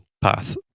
path